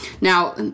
Now